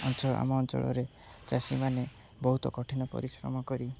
ଅଞ୍ଚ ଆମ ଅଞ୍ଚଳରେ ଚାଷୀମାନେ ବହୁତ କଠିନ ପରିଶ୍ରମ କରି